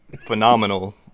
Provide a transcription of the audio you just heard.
phenomenal